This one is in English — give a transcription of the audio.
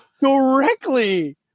directly